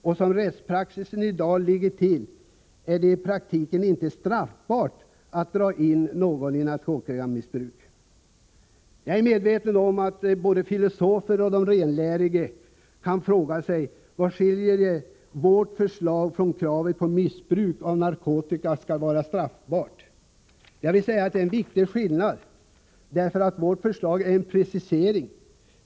Enligt rättspraxis i dag är det i praktiken inte straffbart att dra in någon i narkotikamissbruk. Nu kan filosoferna och de renläriga fråga vad som skiljer vårt förslag från kravet på att missbruk av narkotika skall vara straffbart. En viktig skillnad är att vårt förslag innehåller en precisering.